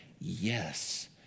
yes